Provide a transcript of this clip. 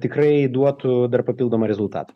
tikrai duotų dar papildomą rezultat